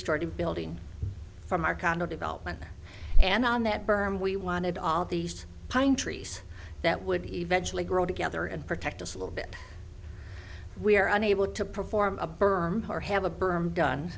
started building from our condo development and on that berm we wanted all these pine trees that would eventually grow together and protect us a little bit we are unable to perform a berm or have a berm done